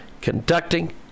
conducting